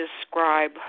describe